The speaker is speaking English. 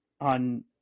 on